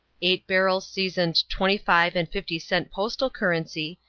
eight barrels seasoned twenty five and fifty cent postal currency,